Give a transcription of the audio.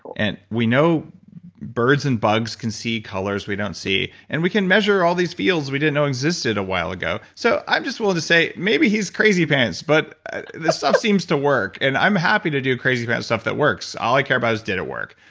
and we know birds and bugs can see colors we don't see and we can measure all these fields we didn't know existed a while ago, so i'm just willing to say maybe he's crazy pants, but this stuff seems to work and i'm happy to do crazy pants stuff that works. all i care about is did it work?